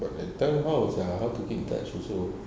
but then time how ah how to keep in touch also